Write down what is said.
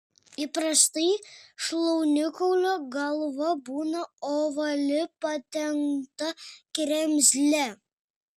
įprastai šlaunikaulio galva būna ovali padengta kremzle